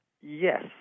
Yes